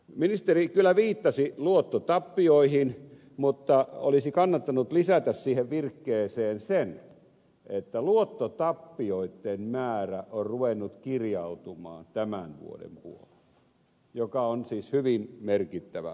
ministeri kyllä viittasi luottotappioihin mutta olisi kannattanut lisätä siihen virkkeeseen se että luottotappioitten määrä on ruvennut kirjautumaan tämän vuoden puolella mikä on siis hyvin merkittävä asia